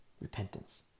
Repentance